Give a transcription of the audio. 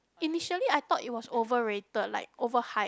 initially I thought it was overrated like over hyped